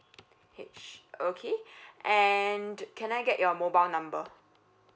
H okay and the can I get your mobile number